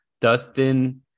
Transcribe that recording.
Dustin